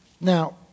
Now